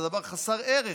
זה דבר חסר ערך.